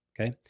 Okay